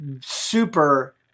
super